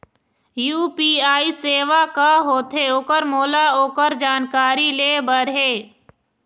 UPI सेवा का होथे ओकर मोला ओकर जानकारी ले बर हे?